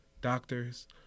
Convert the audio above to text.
doctors